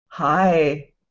Hi